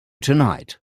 tonight